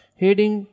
heading